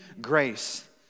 grace